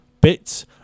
bits